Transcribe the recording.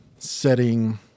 Setting